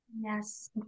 Yes